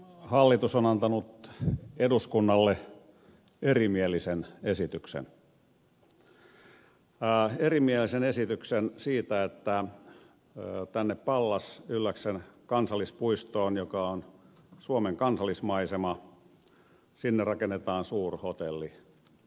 hallitus on antanut eduskunnalle erimielisen esityksen erimielisen esityksen siitä että pallas ylläksen kansallispuistoon joka on suomen kansallismaisemaa rakennetaan suurhotelli